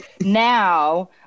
now